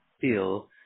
feel